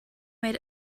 made